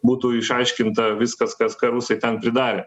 būtų išaiškinta viskas kas ką rusai ten pridarė